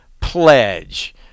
pledge